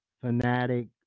fanatic